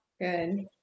Good